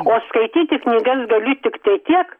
o skaityti knygas galiu tiktai tiek